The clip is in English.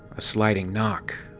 a sliding knock.